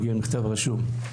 שמכתב רשום,